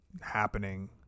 happening